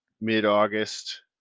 mid-August